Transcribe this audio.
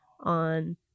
on